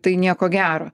tai tai nieko gero